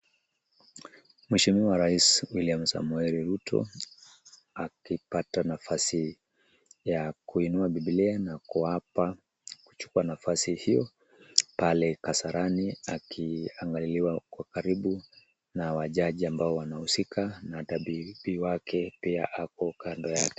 Mheshimiwa rais William Samoei Ruto akipata nafasi ya kuinua bibilia na kuapa kuchukua nafasi hiyo pale Kasarani, akiangaliwa kwa karibu na majaji ambao wanahusika na hata bibi wake pia ako kando yake.